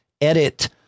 edit